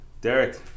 Derek